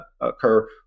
occur